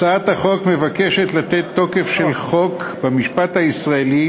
הצעת החוק מבקשת לתת תוקף של חוק במשפט הישראלי